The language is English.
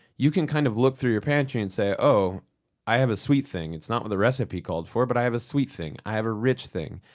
you can kind of look through your pantry and say, i have a sweet thing. it's not what the recipe called for, but i have a sweet thing. i have a rich thing.